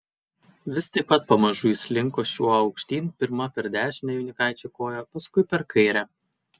vis taip pat pamažu jis slinko šiuo aukštyn pirma per dešinę jaunikaičio koją paskui per kairę